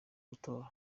gutora